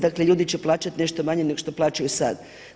Dakle, ljudi će plaćati nešto manje nego što plaćaju sad.